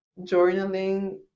journaling